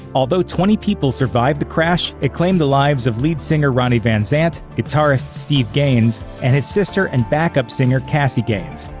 although twenty people survived the crash, it claimed the lives of lead singer ronnie van zant, guitarist steve gaines, and his sister and backup singer cassie gaines.